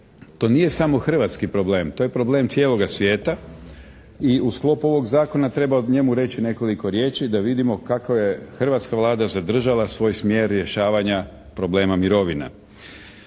To nije samo hrvatski problem. To je problem cijeloga svijeta i u sklopu ovog zakona treba o njemu reći nekoliko riječi da vidimo kako je hrvatska Vlada zadržala svoj smjer rješavanja problema mirovina.